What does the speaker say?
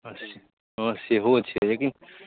हँ सेहो छै लेकिन